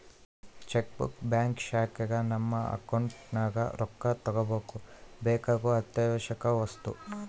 cheque book bank ಶಾಖೆಗ ನಮ್ಮ account ನಗ ರೊಕ್ಕ ತಗಂಬಕ ಬೇಕಾಗೊ ಅತ್ಯಾವಶ್ಯವಕ ವಸ್ತು